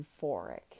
euphoric